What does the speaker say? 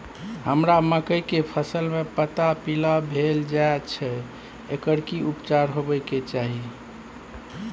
हमरा मकई के फसल में पता पीला भेल जाय छै एकर की उपचार होबय के चाही?